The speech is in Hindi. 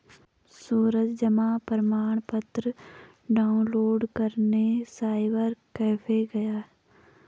सूरज जमा प्रमाण पत्र डाउनलोड करने साइबर कैफे गया